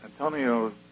Antonio